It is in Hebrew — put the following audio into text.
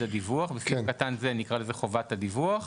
הדיווח בסעיף קטן זה נקרא לזה: "חובת הדיווח",